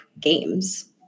games